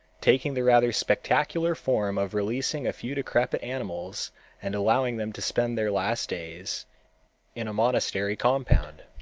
taking the rather spectacular form of releasing a few decrepit animals and allowing them to spend their last days in a monastery compound.